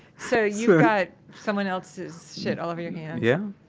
so you've got someone else's shit all over your hands yeah,